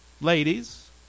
Ladies